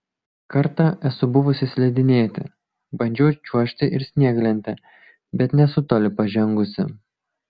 kartą esu buvusi slidinėti bandžiau čiuožti ir snieglente bet nesu toli pažengusi